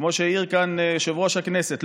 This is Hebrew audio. כמו שהעיר כאן יושב-ראש הכנסת,